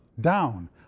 down